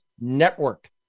Network